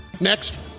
next